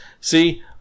See